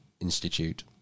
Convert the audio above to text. Institute